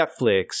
Netflix